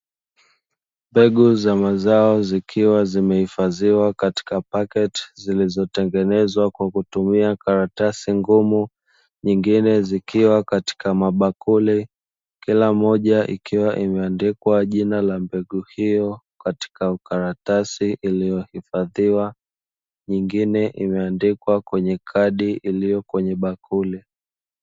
Mbegu za mazao zikiwa zimehifadhiwa katika paketi zilizotengenezwa kwa kutumia karatasi ngumu, nyingine zikiwa katika mabakuli. Kila moja ikiwa imeandikwa jina la mbegu hiyo katika ukaratasi iliyohifadhiwa. Nyingine imeandikwa kwenye kadi iliyo kwenye bakuli.